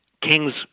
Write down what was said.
King's